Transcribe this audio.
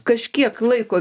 kažkiek laiko